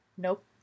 Nope